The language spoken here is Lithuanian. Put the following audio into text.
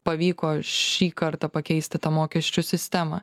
pavyko šį kartą pakeisti tą mokesčių sistemą